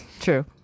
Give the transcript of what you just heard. True